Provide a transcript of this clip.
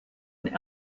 and